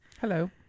Hello